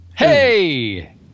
Hey